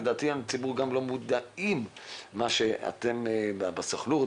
לדעתי בציבור גם לא מודעים למה שאתם עושים בסוכנות,